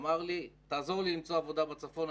אמר לי: תעזור לי למצוא עבודה בצפון,